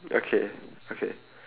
okay okay